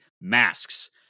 masks